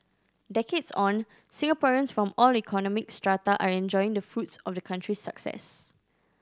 decades on Singaporeans from all economic strata are enjoying the fruits of the country's success